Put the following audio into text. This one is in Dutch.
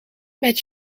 met